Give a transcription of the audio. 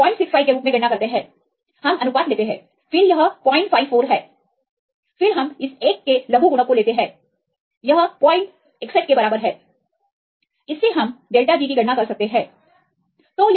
हम 065 के रूप में गणना करते हैं हम अनुपात लेते हैं फिर यह 054 है फिर हम इस एक के लघुगणक को लेते हैं यह 061के बराबर है इससे हम △G की गणना कर सकते हैं